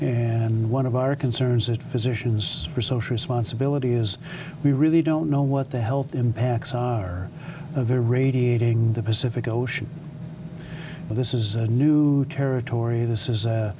and one of our concerns that physicians for social responsibility is we really don't know what the health impacts are of irradiating the pacific ocean but this is a new territory this is